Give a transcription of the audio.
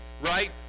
right